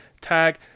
tag